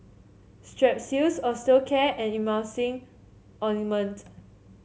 Strepsils Osteocare and Emulsying Ointment